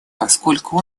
поскольку